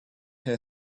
her